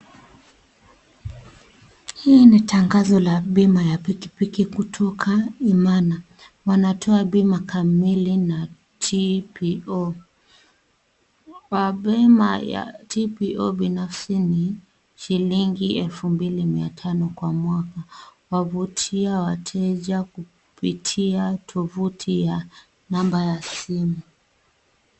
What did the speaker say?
Hii ni tangazo la bima ya pikipiki kutoka Imana . Wanatoa bima kamili na TPO. Wa bima ya TPO binafsi ni shilingi elfu mbili mia tano kwa mwaka. Huwavutia wateja kupitia tuvuti ya namba ya simu.